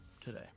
today